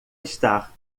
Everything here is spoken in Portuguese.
estar